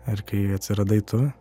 ir kai atsiradai tu